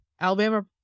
Alabama